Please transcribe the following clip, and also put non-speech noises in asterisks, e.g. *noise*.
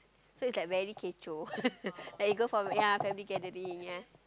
so is like very kecoh *laughs* like you go for yea family gathering yea